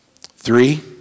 Three